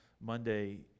Monday